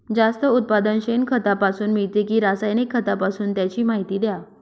जास्त उत्पादन शेणखतापासून मिळते कि रासायनिक खतापासून? त्याची माहिती द्या